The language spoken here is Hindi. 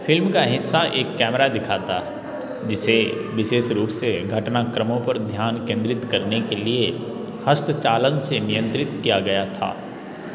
फ़िल्म का हिस्सा एक कैमरा दिखाता है जिसे विशेष रूप से घटनाक्रमों पर ध्यान केंद्रित करने के लिए हस्तचालन से नियंत्रित किया गया था